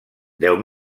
deu